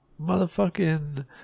motherfucking